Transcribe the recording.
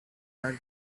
are